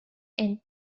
and